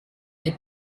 den